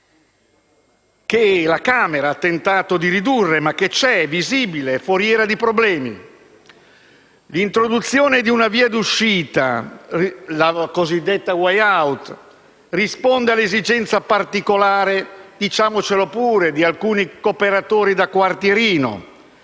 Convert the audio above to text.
che la Camera ha tentato di ridurre, ma che c'è, è visibile ed è foriera di problemi. L'introduzione di una via d'uscita, la cosiddetta *way out*, risponde all'esigenza particolare - diciamocelo pure - di alcuni cooperatori da quartierino;